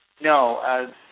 No